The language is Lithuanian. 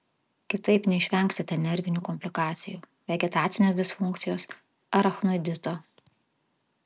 kitaip neišvengsite nervinių komplikacijų vegetacinės disfunkcijos arachnoidito